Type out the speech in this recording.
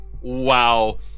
wow